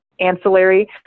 ancillary